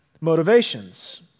motivations